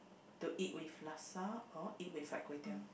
to eat with laksa or eat with fried kway-teow